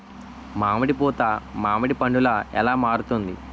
మామిడి పూత మామిడి పందుల ఎలా మారుతుంది?